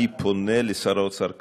אני פונה לשר האוצר כחלון,